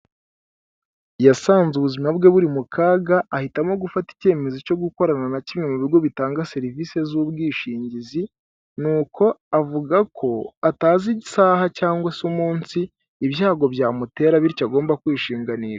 Yasanze ubuzima bwe buri mu kaga, ahitamo gufata icyemezo cyo gukorana na kimwe mu bigo bitanga serivisi z'ubwishingizi, nuko avuga ko atazi isaha cyangwa se umunsi ibyago byamutera bityo agomba kwishinganisha.